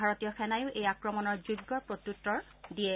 ভাৰতীয় সেনায়ো এই আক্ৰমণৰ যোগ্য প্ৰত্যুত্তৰ দিয়ে